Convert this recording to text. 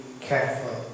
careful